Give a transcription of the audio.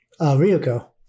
Ryoko